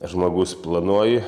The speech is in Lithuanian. žmogus planuoji